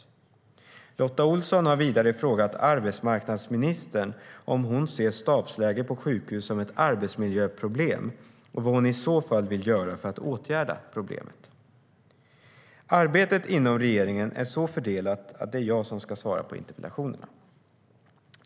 Lotta Olsson har vidare frågat arbetsmarknadsministern om hon ser stabsläge på sjukhus som ett arbetsmiljöproblem och vad hon i så fall vill göra för att åtgärda problemet. Arbetet inom regeringen är så fördelat att det är jag som ska svara på interpellationerna.